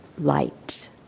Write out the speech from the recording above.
light